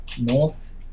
north